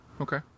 okay